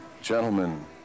Gentlemen